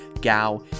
Gao